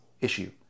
issue